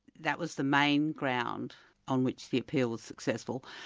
that was the main ground on which the appeal was successful.